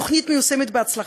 התוכנית מיושמת בהצלחה,